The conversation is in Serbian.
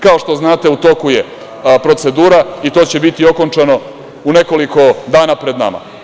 Kao što znate, u toku je procedura i to će biti okončano u nekoliko dana pred nama.